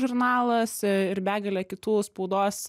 žurnalas ir begalė kitų spaudos